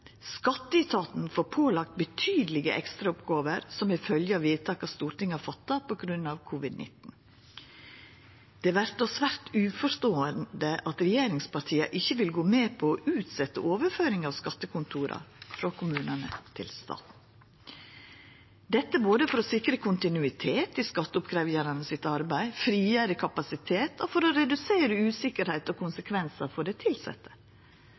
Skatteetaten har vorte pålagt betydelege ekstraoppgåver som følgje av vedtaka Stortinget har gjort på grunn av covid-19. Det vert då svært uforståeleg at regjeringspartia ikkje vil gå med på å utsetja overføringa av skattekontora frå kommunane til staten – både for å sikra kontinuitet i arbeidet til skatteoppkrevjarane, frigjera kapasitet og redusera usikkerheit og konsekvensar for dei tilsette.